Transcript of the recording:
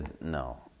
no